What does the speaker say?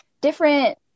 different